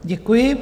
Děkuji.